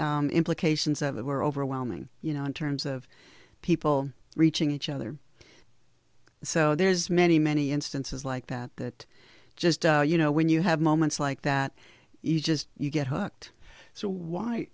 diplomatic implications of it were overwhelming you know in terms of people reaching each other so there's many many instances like that that just you know when you have moments like that you just you get hooked